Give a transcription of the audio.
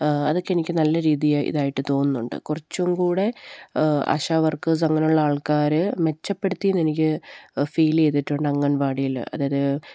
അതൊക്കെ എനിക്ക് നല്ല രീതി ഇതായിട്ട് തോന്നുന്നുണ്ട് കുറച്ചും കൂടെ ആശ വർക്കേഴ്സ് അങ്ങനെയുള്ള ആൾക്കാര് മെച്ചപ്പെടുത്തിയെന്ന് എനിക്ക് ഫീല് ചെയ്തിട്ടുണ്ട് അങ്കണവാടിയില് അതായത്